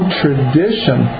tradition